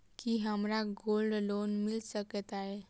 की हमरा gold loan मिल सकैत ये?